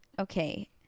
Okay